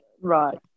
Right